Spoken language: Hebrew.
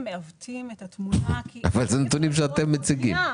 מעוותים את התמונה -- אבל אלה נתונים שאתם מציגים.